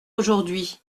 aujourd’hui